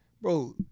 bro